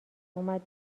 اومد